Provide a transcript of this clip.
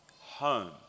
home